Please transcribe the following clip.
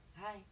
Hi